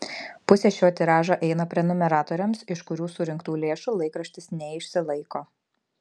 pusė šio tiražo eina prenumeratoriams iš kurių surinktų lėšų laikraštis neišsilaiko